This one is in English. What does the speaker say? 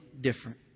different